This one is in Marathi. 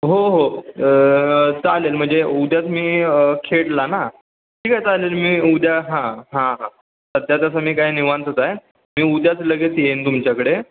हो हो चालेल म्हणजे उद्याच मी खेडला ना ठीक आहे चालेल मी उद्या हां हां हां सध्या तसं मी काय निवांतच आहे मी उद्याच लगेच येईन तुमच्याकडे